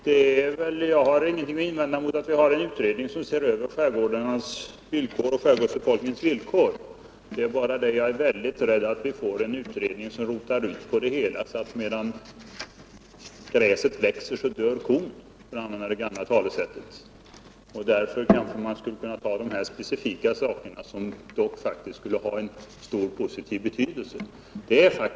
Herr talman! Jag har ingenting att invända emot att en utredning ser över skärgårdarnas och skärgårdsbefolkningens villkor. Jag är bara mycket rädd för att vi får en långrotande utredning. Då är det risk för att — som det heter i det gamla talesättet — medan gräset växer, dör kon. Därför skulle man kanske kunna bryta ut de specifika åtgärder som jag aktualiserat och som dock skulle ha en stor positiv betydelse.